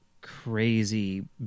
crazy